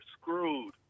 screwed